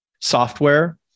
software